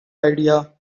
idea